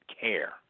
care